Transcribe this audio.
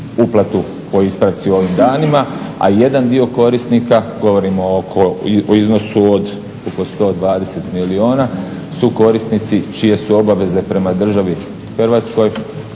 uplatu po ispravci ovih dana, a jedan dio korisnika govorim o iznosu od oko 120 milijuna su korisnici čije su obaveze prema državi Hrvatskoj,